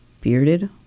bearded